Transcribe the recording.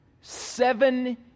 Seven